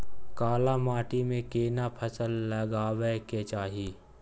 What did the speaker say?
काला माटी में केना फसल लगाबै के चाही?